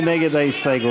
מי נגד ההסתייגות?